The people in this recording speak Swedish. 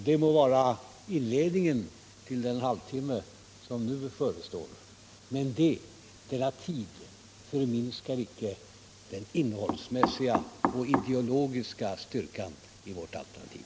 Det må vara inledningen till den borgerliga halvtimme som nu förestår. Men detta faktum förminskar inte den innehållsmässiga och ideologiska styrkan i vårt alternativ.